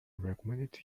recommended